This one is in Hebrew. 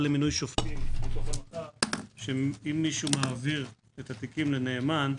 למינוי שופטים מתוך הנחה שאם מישהו מעביר את התיקים לנאמן,